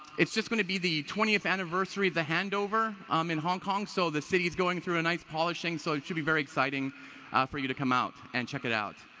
it's just going to be the twentieth anniversary of the handover, um in hong kong, so the city is going through a nice polishing, so it should be very exciting for you to come out and check it out.